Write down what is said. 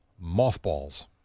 mothballs